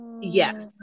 Yes